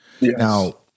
Now